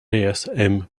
matheson